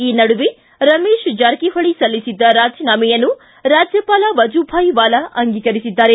ಈ ನಡುವೆ ರಮೇಶ್ ಜಾರಕಿಹೊಳಿ ಸಲ್ಲಿಸಿದ್ದ ರಾಜೀನಾಮೆಯನ್ನು ರಾಜ್ಯಪಾಲ ವಜೂಭಾಯ್ ವಾಲಾ ಅಂಗೀಕರಿಸಿದ್ದಾರೆ